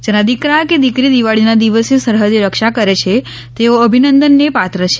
જેના દિકરા કે દિકરી દિવાળીના દિવસે સરહદે રક્ષા કરે છે તેઓ અભિનંદનને પાત્ર છે